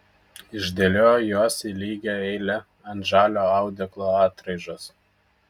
išdėliojo juos į lygią eilę ant žalio audeklo atraižos